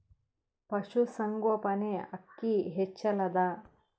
ಪಶುಸಂಗೋಪನೆ ಅಕ್ಕಿ ಹೆಚ್ಚೆಲದಾ?